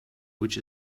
which